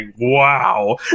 wow